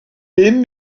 bum